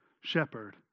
shepherd